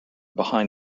behind